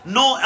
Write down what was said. no